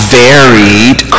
varied